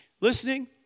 listening